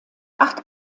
acht